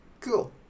cool